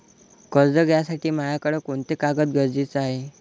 कर्ज घ्यासाठी मायाकडं कोंते कागद गरजेचे हाय?